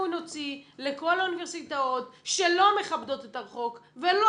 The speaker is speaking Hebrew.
אנחנו נוציא לכל האוניברסיטאות שלא מכבדות את החוק ולא